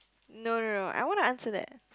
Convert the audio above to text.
no no no I wanna answer that